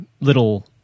little